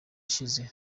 ishize